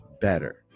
better